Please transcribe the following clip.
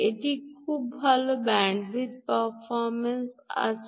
একটি খুব ভাল ব্যান্ডউইথ পারফরম্যান্স আছে